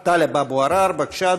בבקשה,